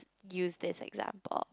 used this example